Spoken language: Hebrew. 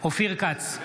אופיר כץ,